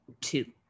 two